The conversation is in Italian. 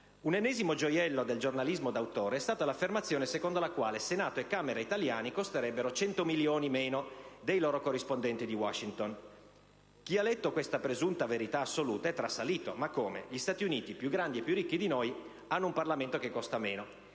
Un ennesimo gioiello del giornalismo d'autore è stata l'affermazione secondo la quale Senato e Camera italiani costerebbero 100 milioni più dei loro corrispondenti di Washington. Chi ha letto questa presunta verità assoluta è trasalito: ma come, gli Stati Uniti, più grandi e più ricchi di noi, hanno un Parlamento che costa meno?